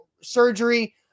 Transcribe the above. surgery